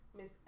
Miss